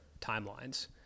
timelines